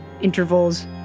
intervals